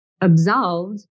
absolved